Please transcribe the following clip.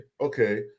okay